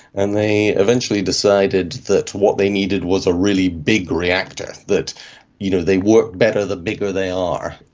and they eventually decided that what they needed was a really big reactor, that you know they work better the bigger they are.